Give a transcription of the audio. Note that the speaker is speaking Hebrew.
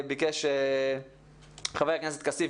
ביקש לדבר גם חבר הכנסת עופר כסיף.